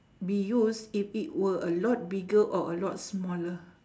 be used if it were a lot bigger or a lot smaller